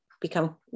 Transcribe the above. become